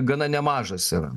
gana nemažas yra